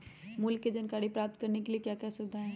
मूल्य के जानकारी प्राप्त करने के लिए क्या क्या सुविधाएं है?